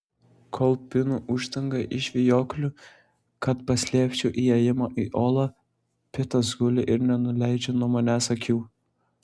kol pinu uždangą iš vijoklių kad paslėpčiau įėjimą į olą pitas guli ir nenuleidžia nuo manęs akių